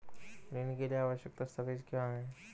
ऋण के लिए आवश्यक दस्तावेज क्या हैं?